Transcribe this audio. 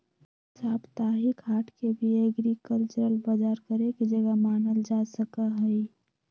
साप्ताहिक हाट के भी एग्रीकल्चरल बजार करे के जगह मानल जा सका हई